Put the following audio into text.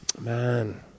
Man